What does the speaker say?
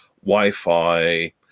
Wi-Fi